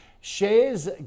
Shares